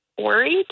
worried